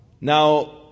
Now